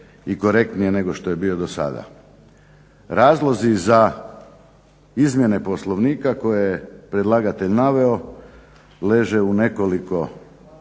i korektnije nego što je bio do sada. Razlozi za izmjene Poslovnika koje je predlagatelj naveo leže u nekoliko